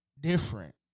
different